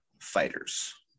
fighters